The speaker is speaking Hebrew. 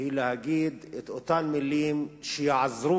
היא להגיד את אותן מלים שיעזרו